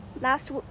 last